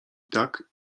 tak